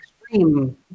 extreme